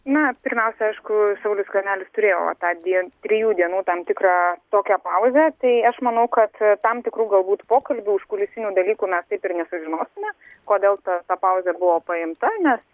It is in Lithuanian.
na pirmiausia aišku saulius skvernelis turėjo va tą dien trijų dienų tam tikrą tokią pauzę tai aš manau kad tam tikrų galbūt pokalbių užkulisinių dalykų mes taip ir nesužinosime kodėl ta ta pauzė buvo paimta nes